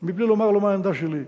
מבלי לומר לו מה העמדה שלי.